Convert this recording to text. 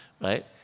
right